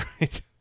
right